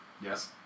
Yes